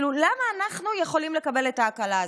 למה אנחנו יכולים לקבל את ההקלה הזו?